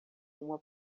uma